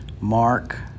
mark